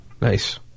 nice